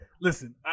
listen